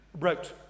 wrote